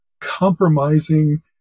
compromising